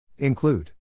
Include